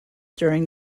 during